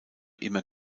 immer